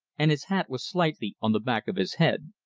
and his hat was slightly on the back of his head.